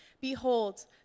Behold